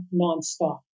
nonstop